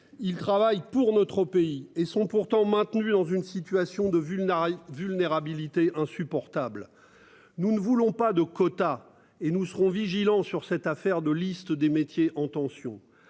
il travaille pour notre pays et sont pourtant maintenus dans une situation de vulnérabilité vulnérabilité insupportable. Nous ne voulons pas de quotas et nous serons vigilants sur cette affaire de liste des métiers en tension.